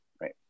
right